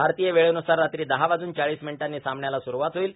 भारतीय वेळेव्रसार रात्री दहा वाजून चाळीस मिनिटानी सामन्याला सुरूवात होईल